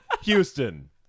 Houston